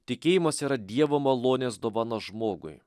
tikėjimas yra dievo malonės dovana žmogui